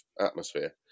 atmosphere